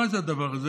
מה זה הדבר הזה?